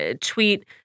tweet